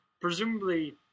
Presumably